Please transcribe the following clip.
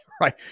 right